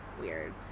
weird